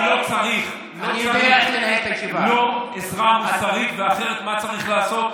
ואני אומר לחבריי: אף אחד לא צריך עזרה מוסרית או אחרת מה צריך לעשות.